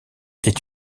est